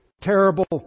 terrible